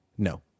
No